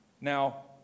Now